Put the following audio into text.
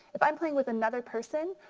if i'm playing with another person,